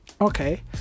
okay